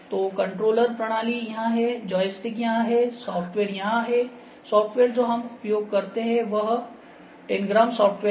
तो कंट्रोल प्रणाली यहां है जॉयस्टिक यहां है सॉफ्टवेयर यहां है सॉफ्टवेयर जो हम उपयोग करते हैं वह है तांग्राम Tangram सॉफ्टवेयर